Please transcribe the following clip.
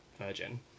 Virgin